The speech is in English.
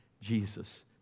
Jesus